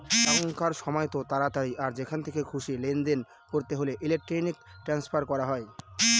এখনকার সময়তো তাড়াতাড়ি আর যেখান থেকে খুশি লেনদেন করতে হলে ইলেক্ট্রনিক ট্রান্সফার করা হয়